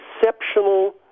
exceptional